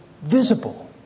visible